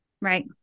Right